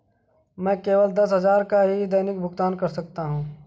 मैं केवल दस हजार का ही दैनिक भुगतान कर सकता हूँ